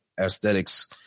aesthetics